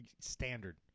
standard